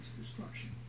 destruction